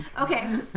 Okay